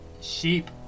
sheep